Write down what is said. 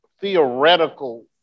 Theoretical